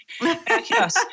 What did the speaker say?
Yes